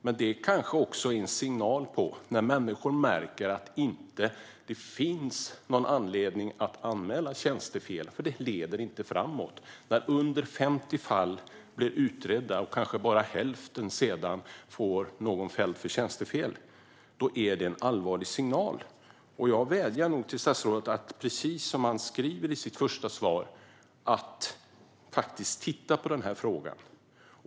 Men om det har skett en minskning är det kanske en signal på att människor märker att det inte finns någon anledning att anmäla tjänstefel, då det inte leder framåt. När under 50 fall blir utredda och man sedan i kanske bara hälften får någon fälld för tjänstefel är det en allvarlig signal. Jag vädjar till statsrådet att, precis som han skriver i sitt första svar, titta på frågan.